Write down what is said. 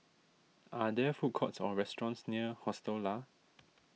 are there food courts or restaurants near Hostel Lah